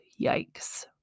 yikes